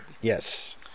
Yes